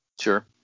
Sure